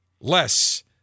less